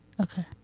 Okay